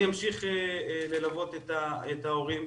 אני אמשיך ללוות את ההורים,